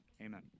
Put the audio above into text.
amen